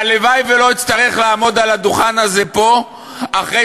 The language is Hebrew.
והלוואי שלא אצטרך לעמוד על הדוכן הזה פה אחרי